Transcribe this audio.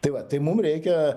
tai va tai mum reikia